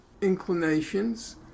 inclinations